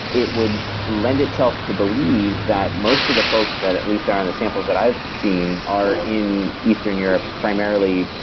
it would lend itself to believe that most of the folks that at least are in the samples that i've seen are in eastern europe, primarily,